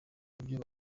ibyo